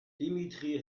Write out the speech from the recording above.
dmitry